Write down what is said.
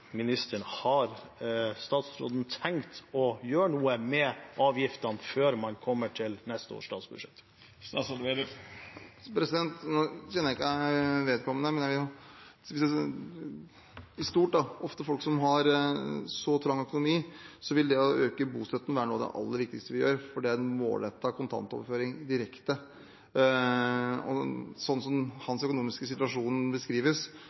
neste års statsbudsjett? Nå kjenner ikke jeg vedkommende, men i stort: For folk som har så trang økonomi, vil det å øke bostøtten ofte være noe av det aller viktigste vi gjør, for det er en målrettet, direkte kontantoverføring. Slik hans økonomiske situasjon beskrives,